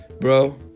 Bro